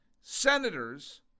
senators